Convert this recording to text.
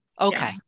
Okay